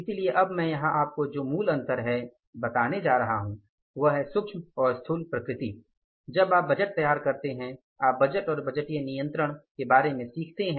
इसलिए अब मैं यहां आपको जो मूल अंतर है बताने जा रहा हूं वह है सूक्ष्म और स्थूल प्रकृति जब आप बजट तैयार करते हैं आप बजट और बजटीय नियंत्रण के बारे में सीखते हैं